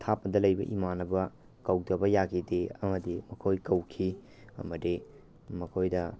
ꯑꯊꯥꯞꯄꯗ ꯂꯩꯕ ꯏꯃꯥꯟꯅꯕ ꯀꯧꯗꯕ ꯌꯥꯈꯤꯗꯦ ꯑꯃꯗꯤ ꯃꯈꯣꯏ ꯀꯧꯈꯤ ꯑꯃꯗꯤ ꯃꯈꯣꯏꯗ